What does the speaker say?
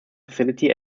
facility